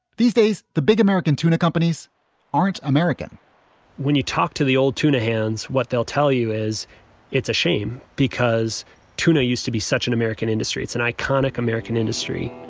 these days, the big american tuna companies aren't american when you talk to the old tuna hands, what they'll tell you is it's a shame because tuna used to be such an american industry. it's an iconic american industry